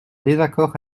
désaccord